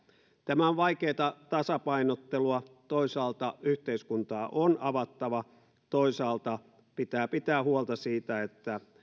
tämä on vaikeata tasapainottelua toisaalta yhteiskuntaa on avattava toisaalta pitää pitää huolta siitä että